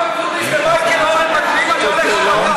כי אתם מנסים להביא אנשים.